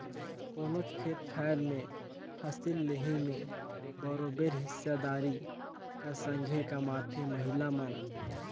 कोनोच खेत खाएर में फसिल लेहे में बरोबेर हिस्सादारी कर संघे कमाथें महिला मन